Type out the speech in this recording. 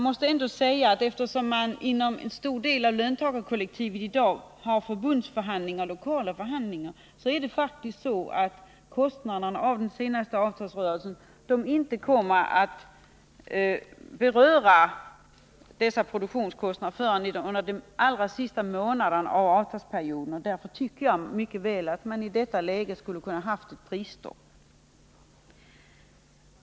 Men eftersom man inom en stor del av löntagarkollektivet i dag har förbundsförhandlingar och lokala förhandlingar, blir det faktiskt så att de kostnader som den senaste avtalsrörelsen leder till inte kommer att beröra dessa produktionskostnader förrän under den allra sista månaden av avtalsperioden. Därför kunde man myckt väl ha haft ett prisstopp i detta läge.